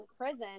prison